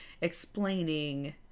explaining